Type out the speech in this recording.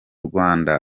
rwanda